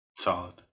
Solid